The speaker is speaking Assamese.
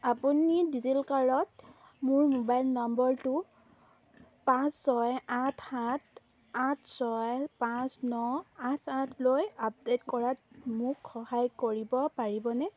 আপুনি ডিজিলকাৰত মোৰ মোবাইল নম্বৰটো পাঁচ ছয় আঠ সাত আঠ ছয় পাঁচ ন আঠ আঠলৈ আপডেট কৰাত মোক সহায় কৰিব পাৰিবনে